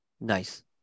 nice